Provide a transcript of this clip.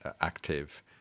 active